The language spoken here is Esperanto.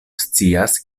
scias